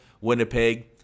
Winnipeg